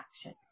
action